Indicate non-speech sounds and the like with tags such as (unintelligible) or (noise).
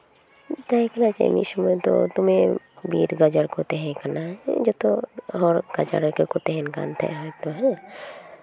(unintelligible) ᱨᱮᱭᱟᱜ ᱡᱤᱱᱤᱥ ᱢᱚᱛᱳ ᱫᱚᱢᱮ ᱵᱤᱨ ᱜᱟᱡᱟᱲ ᱠᱚ ᱛᱟᱦᱮᱸ ᱠᱟᱱᱟ ᱡᱚᱛᱚ ᱦᱚᱲ ᱜᱟᱡᱟᱲ ᱨᱮᱜᱮ ᱠᱚ ᱛᱟᱦᱮᱱ ᱠᱟᱱ ᱛᱟᱦᱮᱸᱜ